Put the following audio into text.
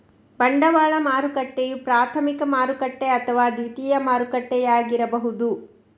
ಬಂಡವಾಳ ಮಾರುಕಟ್ಟೆಯು ಪ್ರಾಥಮಿಕ ಮಾರುಕಟ್ಟೆ ಅಥವಾ ದ್ವಿತೀಯ ಮಾರುಕಟ್ಟೆಯಾಗಿರಬಹುದು